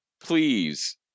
Please